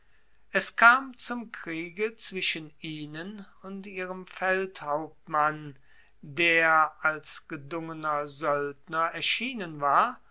es kam zum kriege zwischen ihnen und ihrem feldhauptmann der als gedungener soeldner erschienen war